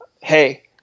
hey